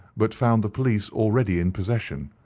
but found the police already in possession,